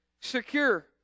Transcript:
secure